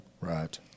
Right